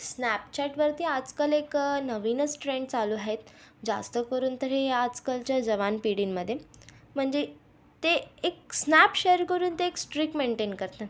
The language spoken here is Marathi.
स्नॅपचॅटवरती आजकाल एक नवीनच ट्रेंड चालू आहेत जास्तकरून तरी आजकालच्या जवान पिढीमध्ये म्हणजे ते एक स्नॅप शेअर करून ते एक स्ट्रीक मेंटेन करतात